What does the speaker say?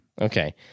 Okay